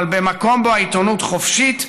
אבל במקום בו העיתונות חופשית,